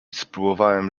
spróbowałem